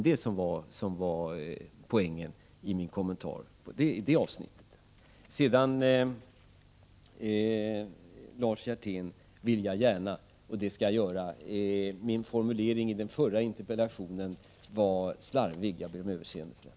Det var poängen i min kommentar i det avsnittet. Jag håller gärna med om, Lars Hjertén, att min formulering i den förra interpellationsdebatten var slarvig. Jag ber om överseende med det.